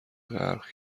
غرق